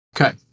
Okay